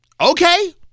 okay